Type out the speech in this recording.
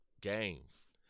games